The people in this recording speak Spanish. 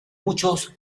muchos